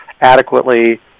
adequately